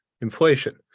inflation